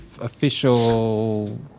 official